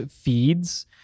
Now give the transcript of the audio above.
feeds